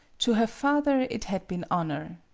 to her father it had been honor.